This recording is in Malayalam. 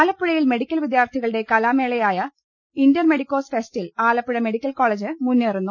ആലപ്പുഴയിൽ മെഡിക്കൽ വിദ്യാർത്ഥികളുടെ കലാമേളയായ ഇന്റർ മെഡിക്കോസ് ഫെസ്റ്റിൽ ആലപ്പുഴ മെഡിക്കൽ കോളജ് മുന്നേറുന്നു